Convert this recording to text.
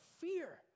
fear